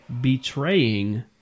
betraying